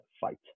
fight